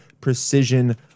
precision